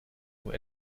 nur